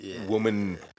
woman